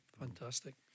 fantastic